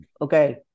Okay